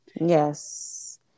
Yes